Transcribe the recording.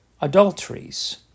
adulteries